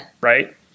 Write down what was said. Right